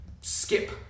skip